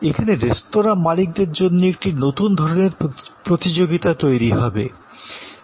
এখানে রেস্তোঁরা মালিকদের জন্য একটি নতুন ধরণের প্রতিযোগিতামূলক পরিস্থিতি উৎপন্ন হবে